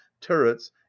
turrets